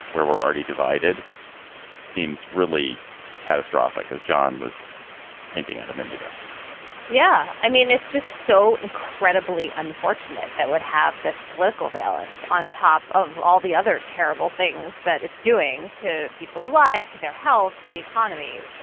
where we're already divided. it seems really catastrophic, as john was pointing out a minute ago yeah. i mean, it's just so incredibly unfortunate. that would have this political balance on top of all the other terrible things that it's doing to people's lives, to their health, to the economy.